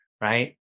right